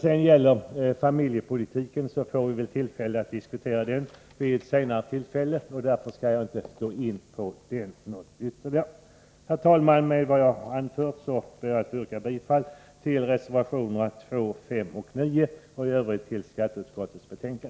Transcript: Vad gäller familjepolitiken får vi tillfälle att diskutera den vid ett senare tillfälle, och jag skall därför inte gå in på den ytterligare här. Herr talman! Med det anförda ber jag att få yrka bifall till reservationerna 2, 5 och 9 och i övrigt bifall till skatteutskottets hemställan.